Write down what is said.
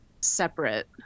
separate